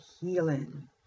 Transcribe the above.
healing